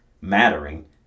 mattering